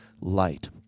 Light